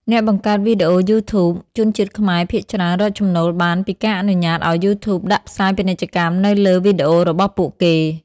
អ្នកបង្កើតវីដេអូ YouTube ជនជាតិខ្មែរភាគច្រើនរកចំណូលបានពីការអនុញ្ញាតឲ្យ YouTube ដាក់ផ្សាយពាណិជ្ជកម្មនៅលើវីដេអូរបស់ពួកគេ។